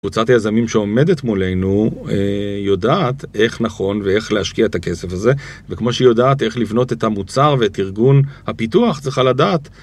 קבוצת היזמים שעומדת מולנו יודעת איך נכון ואיך להשקיע את הכסף הזה וכמו שהיא יודעת איך לבנות את המוצר ואת ארגון הפיתוח, צריכה לדעת